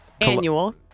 Annual